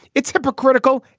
it's hypocritical.